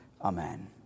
Amen